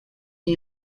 new